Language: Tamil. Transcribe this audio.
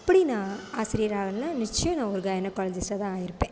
அப்படி நான் ஆசிரியர் ஆகலைன்னா நிச்சயம் நான் ஒரு கைனோகாலஜிஸ்ட்டாக தான் ஆகிருப்பேன்